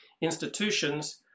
institutions